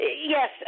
yes